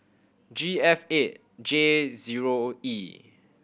G F eight J zero E